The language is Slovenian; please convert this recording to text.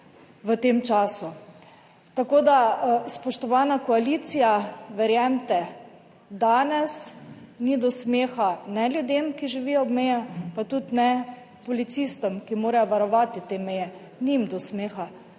v tem času. Tako da, spoštovana koalicija, verjemite, danes ni do smeha ne ljudem, ki živijo ob mejah, pa tudi ne policistom, ki morajo varovati te meje, ni jim do smeha.